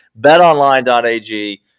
betonline.ag